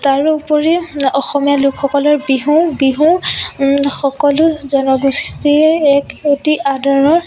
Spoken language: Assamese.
তাৰো উপৰি অসমীয়া লোকসকলৰ বিহু বিহু সকলো জনগোষ্ঠীৰ এক অতি আদৰৰ